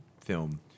film